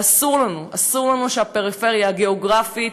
אסור לנו שהפריפריה הגאוגרפית,